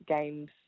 games